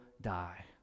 die